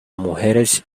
mujeres